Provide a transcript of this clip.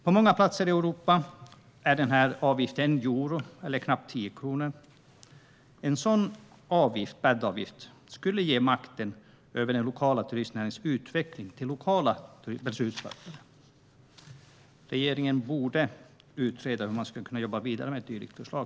På många platser i Europa är avgiften 1 euro, alltså knappt 10 kronor. En sådan bäddavgift skulle ge makten över den lokala turistnäringens utveckling till lokala beslutsfattare. Regeringen borde utreda hur man skulle kunna jobba vidare med ett dylikt förslag.